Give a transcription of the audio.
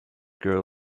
girl